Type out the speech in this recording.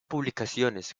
publicaciones